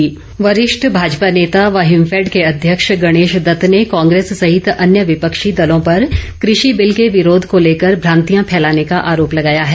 गणेशदत्त वरिष्ठ भाजपा नेता व हिमफेड के अध्यक्ष गणेशदत्त ने कांग्रेस सहित अन्य विपक्षी दलों पर कृषि बिल के विरोध को लेकर भ्रांतियां फैलाने का आरोप लगाया है